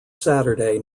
saturday